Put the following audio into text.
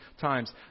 times